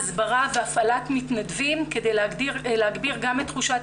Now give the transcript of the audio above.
ההסברה והפעלת מתנדבים כדי להגביר גם את תחושת